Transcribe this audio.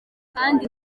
kandi